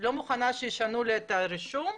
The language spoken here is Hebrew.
לא מוכנה שישנו לי את הרישום,